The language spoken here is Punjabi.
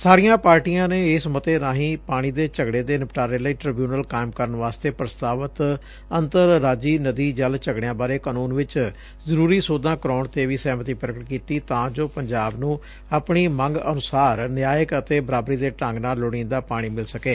ਸਾਰੀਆਂ ਪਾਰਟੀਆਂ ਨੇ ਇਸ ਮੱਤੇ ਰਾਹੀਂ ਪਾਣੀ ਦੇ ਝਗੱੜੇ ਦੇ ਨਿਪਟਾਰੇ ਲਈ ਟਿਬਿਉਨਲ ਕਾਇਮ ਕਰਨ ਵਾਸਤੇ ਪੁਸਤਾਵਤ ਅੰਤਰ ਰਾਜੀ ਨਦੀ ਜਲ ਝਗਤਿਆਂ ਬਾਰੇ ਕਾਨੁੰਨ ਚ ਜ਼ਰੁਰੀ ਸੋਧਾਂ ਕਰਾਉਣ ਤੇ ਵੀ ਸਹਿਮਤੀ ਪੁਗਟ ਕੀਤੀ ਤਾਂ ਜੋ ਪੰਜਾਬ ਨੁੰ ਆਪਣੀ ਮੰਗ ਅਨੁਸਾਰ ਨਿਆਇਕ ਅਤੇ ਬਰਾਬਰੀ ਦੇ ਢੰਗ ਨਾਲ ਲੋੜੀਦਾ ਪਾਣੀ ਮਿਲ ਸਕੇ